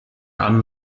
anne